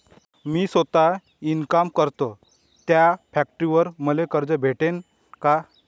मी सौता इनकाम करतो थ्या फॅक्टरीवर मले कर्ज भेटन का?